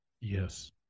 Yes